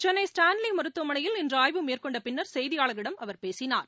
சென்னை ஸ்டான்லிமருத்துவமனையில் இன்றுஆய்வு மேற்கொண்டபின்னர் செய்தியாளர்களிடம் அவர் பேசினார்